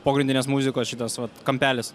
pogrindinės muzikos šitas vat kampelis